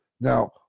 now